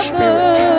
Spirit